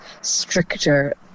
stricter